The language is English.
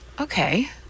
Okay